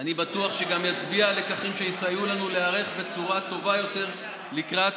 אני בטוח שגם יצביע על לקחים שיסייעו לנו להיערך בצורה טובה יותר לקראת